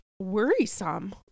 worrisome